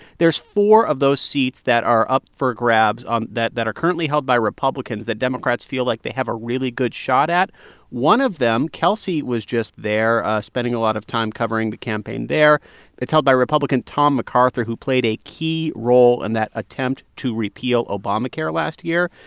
there's four of those seats that are up for grabs that that are currently held by republicans that democrats feel like they have a really good shot at one of them kelsey was just there, spending a lot of time covering the campaign there it's held by republican tom macarthur, who played a key role in that attempt to repeal obamacare last year.